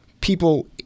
people